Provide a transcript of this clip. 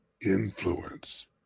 influence